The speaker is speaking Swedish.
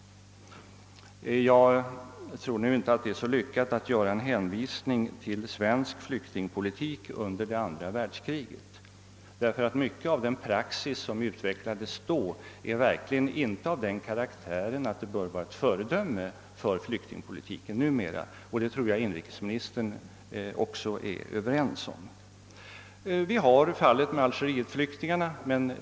Jag tror nu inte att det är så lyckat att göra en hänvisning till svensk flyktingpolitik under det andra världskriget; mycket av den praxis som utvecklades då är verkligen inte av den karaktären att det bör vara ett föredöme för vår nuvarande flyktingpolitik. Det tror jag att inrikesministern är överens med mig om. Sedan dess har fallet med algeriet flyktingarna inträffat.